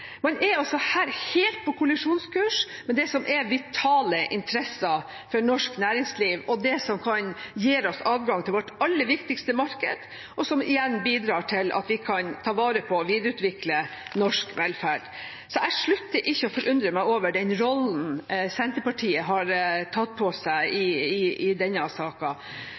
man ivaretar. Man er altså her helt på kollisjonskurs med det som er vitale interesser for norsk næringsliv, og det som gir oss adgang til vårt aller viktigste marked – og som igjen bidrar til at vi kan ta vare på og videreutvikle norsk velferd. Så jeg slutter ikke å forundre meg over den rollen Senterpartiet har tatt på seg i